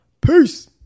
Peace